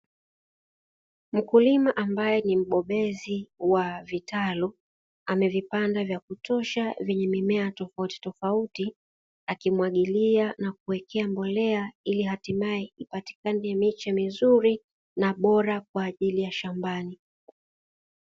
Mkulima ambaye ni wa vitalu amevipanda vya kutosha vyenye mimea tofauti tofauti akimwagilia na kuwekea mbolea ili hatimaye ipatikane miche mizuri na bora kwa ajili ya shambani.